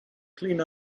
clean